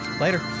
Later